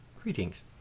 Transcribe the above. Greetings